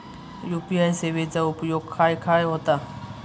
UPI सेवेचा उपयोग खाय खाय होता?